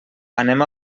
anem